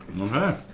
Okay